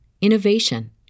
innovation